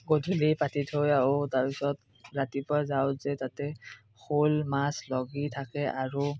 গধূলি পাতি থৈ আহোঁ তাৰপিছত ৰাতিপুৱা যাওঁ যে তাতে শ'ল মাছ লাগি থাকে আৰু